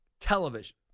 television